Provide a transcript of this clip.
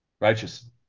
Righteous